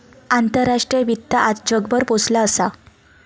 आंतराष्ट्रीय वित्त आज जगभर पोचला असा